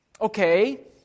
okay